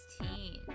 16